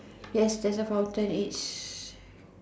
yes there's a fountain it's